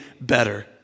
better